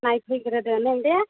नायफैग्रोदो नों दे